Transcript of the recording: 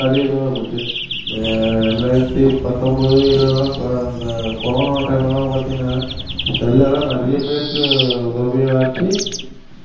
so ஆன்லைனில் நிறைய போச்சு இந்த ரெண்டாயிரத்தி பத்தொன்பது இருபதுலலாம் அந்த கொரோனா டைமில் எல்லாம் பார்த்தீங்கனா செல் எல்லாம் நிறைய பேர்க்கு உதவியாக ஆச்சு